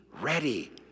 ready